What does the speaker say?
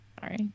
Sorry